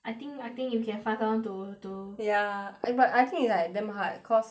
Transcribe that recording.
I think I think you can find someone to to ya eh but I think it's like damn hard cause